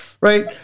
right